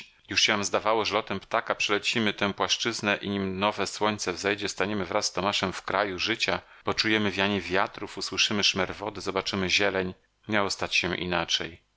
już się nam zdawało że lotem ptaka przelecimy tę płaszczyznę i nim nowe słońce wzejdzie staniemy wraz z tomaszem w kraju życia poczujemy wianie wiatrów usłyszymy szmer wody zobaczymy zieleń miało się stać inaczej